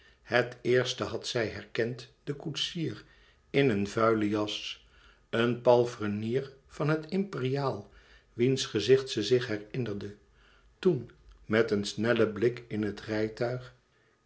het eerst had zij herkend den koetsier in een vuilen jas een palfrenier van het imperiaal wiens gezicht ze zich herinnerde toen met een snellen blik in het rijtuig